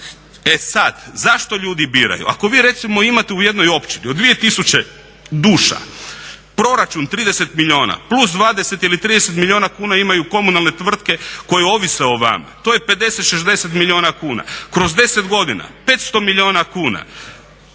e sada, zašto ljudi biraju. Ako vi recimo imate u jednoj općini od 2000 duša proračun 30 milijuna, plus 20 ili 30 milijuna kuna imaju komunalne tvrtke koje ovise o vama, to je 50, 60 milijuna kuna. Kroz 10 godina 500 milijuna kuna.